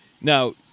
Now